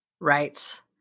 Right